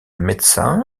médecin